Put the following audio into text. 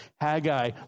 Haggai